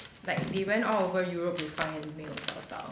like they went all over europe to find and everything but 找不到